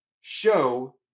show